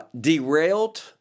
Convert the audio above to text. derailed